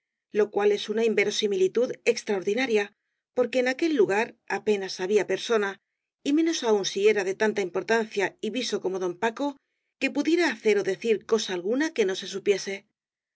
lo cual es una inverosimilitud extraordinaria porque en aquel lugar apenas había persona y menos aun si era de tanta importancia y viso como don paco que pu diera hacer ó decir cosa alguna que no se supiese